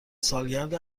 سالگرد